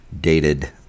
dated